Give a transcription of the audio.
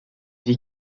vit